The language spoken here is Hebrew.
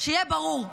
שיהיה ברור,